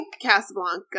Casablanca